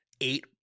eight